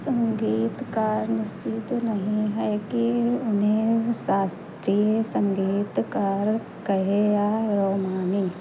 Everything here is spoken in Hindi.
संगीतकार निश्चित नहीं हैं कि उन्हें शास्त्रीय संगीतकार कहें या रोमानी